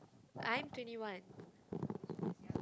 I'm twenty one